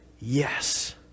yes